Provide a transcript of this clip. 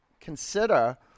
consider